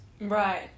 Right